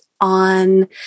on